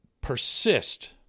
persist